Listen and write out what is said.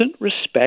respect